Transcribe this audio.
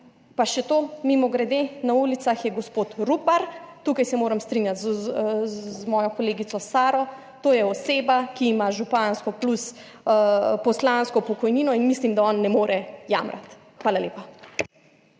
Pa še to, mimogrede, na ulicah je gospod Rupar. Tukaj se moram strinjati z mojo kolegico Saro, to je oseba, ki ima župansko plus poslansko pokojnino in mislim, da on ne more jamrati. Hvala lepa.